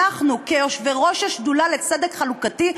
אנחנו כיושבי-ראש השדולה לצדק חלוקתי,